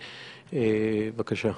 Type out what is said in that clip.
בבקשה.